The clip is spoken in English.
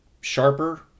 sharper